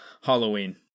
Halloween